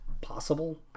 possible